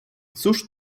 cóż